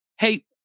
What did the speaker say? hey